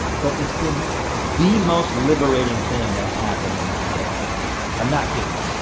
but it's been the most liberating thing that has happened in my adult life. i'm not kidding.